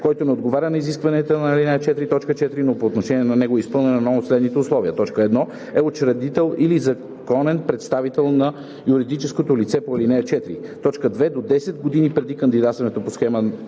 който не отговаря на изискванията на ал. 4, т. 4, но по отношение на него е изпълнено едно от следните условия: 1. е учредител или законен представител на юридическото лице по ал. 4; 2. до 10 години преди кандидатстването по схемата